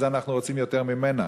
ואת זה אנחנו רוצים יותר ממנה,